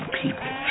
people